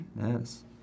Yes